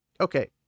okay